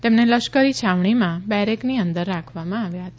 તેમને લશ્કરી છાવણીમાં બેરેકની અંદર રાખવામાં આવ્યા હતા